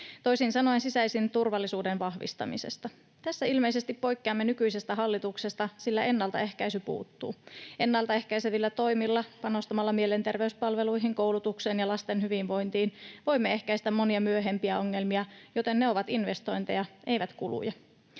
toisin sanoen sisäisen turvallisuuden vahvistamisesta. Tässä ilmeisesti poikkeamme nykyisestä hallituksesta, sillä ennaltaehkäisy puuttuu. Ennalta ehkäisevillä toimilla, panostamalla mielenterveyspalveluihin, koulutukseen ja lasten hyvinvointiin, voimme ehkäistä monia myöhempiä ongelmia, joten ne ovat investointeja, eivät kuluja.